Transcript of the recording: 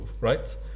right